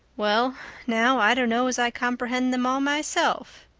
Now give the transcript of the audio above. well now, i dunno as i comprehend them all myself,